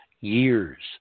years